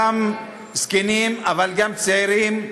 גם זקנים אבל גם צעירים,